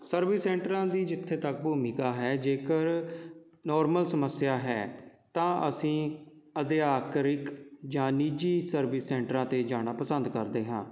service ਸੈਂਟਰਾਂ ਦੀ ਜਿੱਥੇ ਤੱਕ ਭੂਮਿਕਾ ਹੈ ਜੇਕਰ ਨੋਰਮਲ ਸਮੱਸਿਆ ਹੈ ਤਾਂ ਅਸੀਂ ਅਧਿਆਕ੍ਰਿਕ ਜਾਂ ਨਿੱਜੀ ਸਵਰਿਸ ਸੈਂਟਰਾਂ 'ਤੇ ਜਾਣਾ ਪਸੰਦ ਕਰਦੇ ਹਾਂ